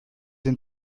den